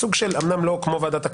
אמנם לא כמו ועדת הכנסת,